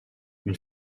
une